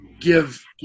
give